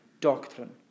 doctrine